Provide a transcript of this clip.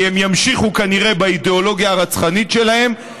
כי הם ימשיכו כנראה באידיאולוגיה הרצחנית שלהם,